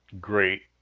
great